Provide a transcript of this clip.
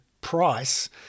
price